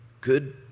good